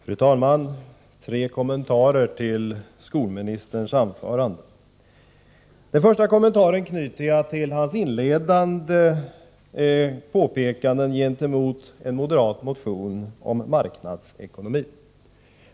Fru talman! Tre kommentarer till skolministerns anförande. Den första kommentaren knyter jag till hans inledande påpekanden gentemot en moderat motion om marknadsekonomi.